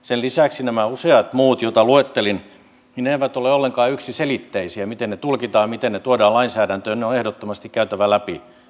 sen lisäksi nämä useat muut joita luettelin eivät ole ollenkaan yksiselitteisiä miten ne tulkitaan ja miten ne tuodaan lainsäädäntöön ja ne on ehdottomasti käytävä läpi